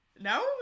no